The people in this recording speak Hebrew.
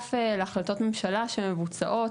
נוסף על החלטות הממשלה שמבוצעות,